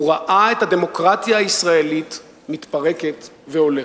הוא ראה את הדמוקרטיה הישראלית מתפרקת והולכת.